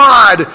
God